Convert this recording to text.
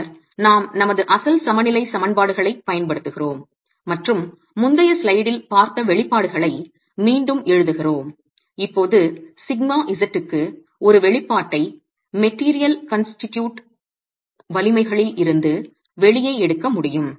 பின்னர் நாம் நமது அசல் சமநிலை சமன்பாடுகளைப் பயன்படுத்துகிறோம் மற்றும் முந்தைய ஸ்லைடில் பார்த்த வெளிப்பாடுகளை மீண்டும் எழுதுகிறோம் இப்போது σz க்கு ஒரு வெளிப்பாட்டை மெட்டீரியல் கன்ஸ்டியூட் வலிமைகளில் இருந்து வெளியே எடுக்க முடியும்